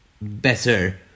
better